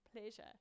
pleasure